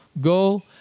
Go